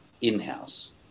in-house